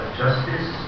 justice